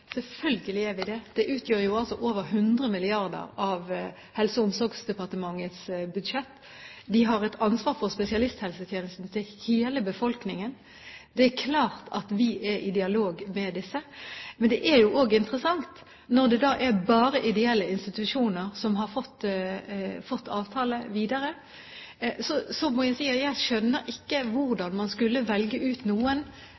Selvfølgelig er vi det. De utgjør over 100 mrd. kr av Helse- og omsorgsdepartementets budsjett. De har et ansvar for spesialisthelsetjenesten til hele befolkningen. Det er klart at vi er i dialog med dem. Men det er jo interessant, når det bare er ideelle institusjoner som har fått avtale videre – da skjønner ikke jeg hvordan man skulle velge ut noen når man ikke